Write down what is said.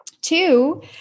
Two